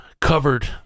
covered